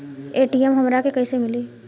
ATM हमरा के कइसे मिली?